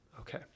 Okay